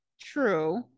True